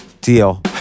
Deal